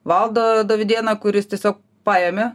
valdą dovydėną kuris tiesiog paėmė